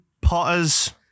potters